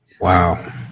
Wow